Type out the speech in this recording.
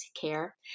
care